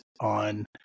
on